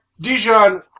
Dijon